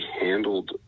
handled